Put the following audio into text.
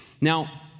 Now